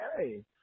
hey